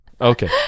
Okay